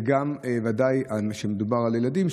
וגם בוודאי כשמדובר על ילדים,